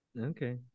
Okay